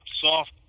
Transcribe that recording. soft